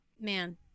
Man